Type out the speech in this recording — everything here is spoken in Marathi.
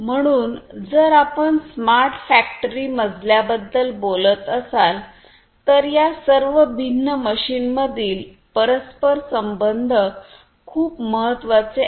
म्हणून जर आपण स्मार्ट फॅक्टरी मजल्याबद्दल बोलत असाल तर या सर्व भिन्न मशीनमधील परस्पर संबंध खूप महत्वाचे आहेत